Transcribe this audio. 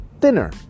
thinner